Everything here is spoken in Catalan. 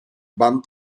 vam